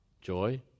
joy